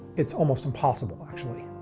it's almost impossible actually.